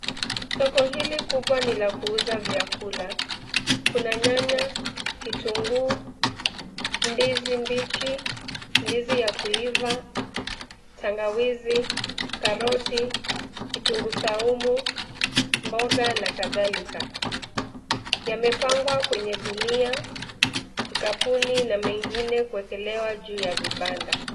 Soko hili kubwa ni la kuuza vyakula kuna nyanya, kitunguu, ndizi mbichi, ndizi ya kuiva, tangawizi, karoti, kitunguu saumu, mboga na kadhalika. Yamepangwa kwenye gunia, kikapuni na mengine kuwekelewa juu ya vibanda.